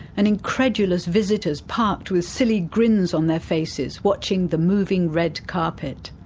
and incredulous visitors parked with silly grins on their faces watching the moving red carpet.